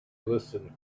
listened